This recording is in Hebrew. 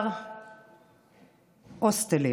הוסטלים,